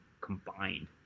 combined